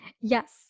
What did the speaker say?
Yes